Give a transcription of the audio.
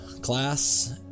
class